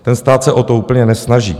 Ten stát se o to úplně nesnaží.